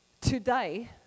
today